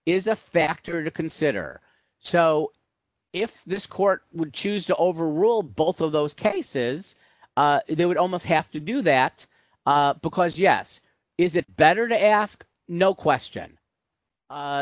is a factor to consider so if this court would choose to overrule both of those cases they would almost have to do that because yes is it better to ask no question